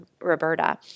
Roberta